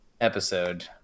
episode